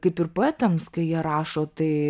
kaip ir poetams kai jie rašo tai